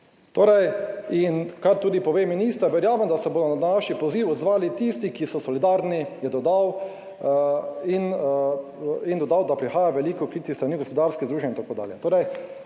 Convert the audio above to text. Torej in kar tudi pove minister, verjamem, da se bodo na naš poziv odzvali tisti, ki so solidarni in dodal, da prihaja veliko klic s strani gospodarske družbe, itd.